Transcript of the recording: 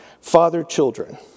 father-children